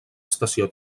estació